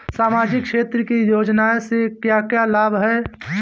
सामाजिक क्षेत्र की योजनाएं से क्या क्या लाभ है?